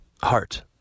heart